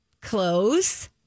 Close